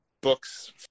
books